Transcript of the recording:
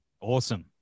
Awesome